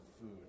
food